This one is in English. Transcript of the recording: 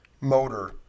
motor